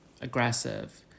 aggressive